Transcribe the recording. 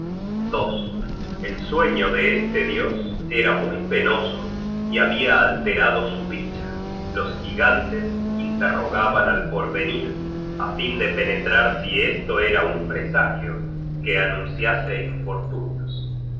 fatigosos el sueño de este dios era muy penoso habia alterada su dicha los gigantes interrogaban al porvenir á fin de penetrar si esto era uk presagio que anunciase infortunios